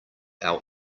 our